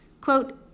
quote